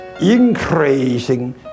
increasing